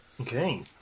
Okay